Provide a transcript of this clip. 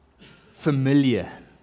familiar